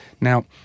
now